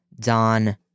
Don